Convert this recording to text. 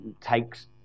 takes